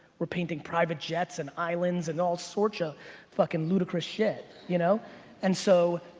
we're painting private jets and islands and all sorts of fucking ludicrous shit. you know and so,